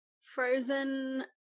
frozen